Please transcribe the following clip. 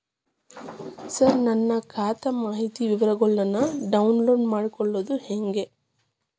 ಸರ ನನ್ನ ಖಾತಾ ಮಾಹಿತಿ ವಿವರಗೊಳ್ನ, ಡೌನ್ಲೋಡ್ ಮಾಡ್ಕೊಳೋದು ಹೆಂಗ?